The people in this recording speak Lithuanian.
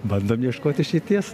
bandom ieškot išeities